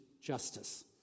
justice